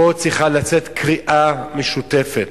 פה צריכה לצאת קריאה משותפת,